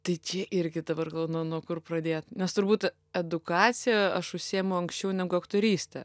tai čia irgi dabar galvoju nuo nuo kur pradėti nes turbūt edukacija aš užsiemu anksčiau negu aktoryste